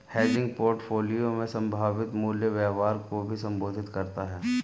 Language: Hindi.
हेजिंग पोर्टफोलियो में संभावित मूल्य व्यवहार को भी संबोधित करता हैं